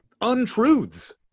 untruths